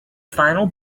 final